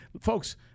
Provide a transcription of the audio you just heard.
Folks